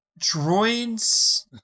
droids